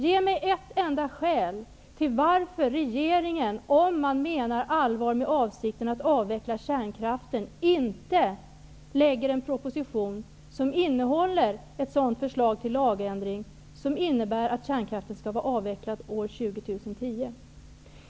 Ge mig ett enda skäl för att regeringen, om man menar allvar med beslutet att avveckla kärnkraften, inte lägger fram en proposition med förslag till lag som innebär att kärnkraften skall vara avvecklad år 2010!